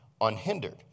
unhindered